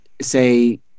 say